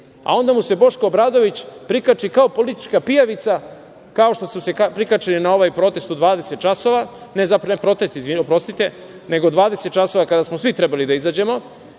mu se Boško Obradović prikači kao politička pijavica, kao što su se prikačili na ovaj protest u 20 časova. Zapravo ne protest, oprostite, nego 20 časova kada smo svi trebali da izađemo